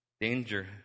Danger